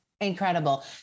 incredible